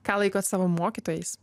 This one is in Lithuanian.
ką laikot savo mokytojais